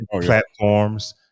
platforms